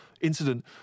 incident